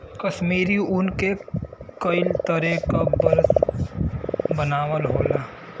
कसमीरी ऊन से कई तरे क बरस बनावल जाला